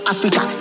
Africa